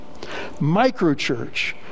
Microchurch